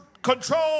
Control